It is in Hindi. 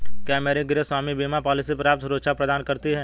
क्या मेरी गृहस्वामी बीमा पॉलिसी पर्याप्त सुरक्षा प्रदान करती है?